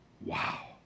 Wow